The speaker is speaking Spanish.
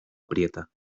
aprieta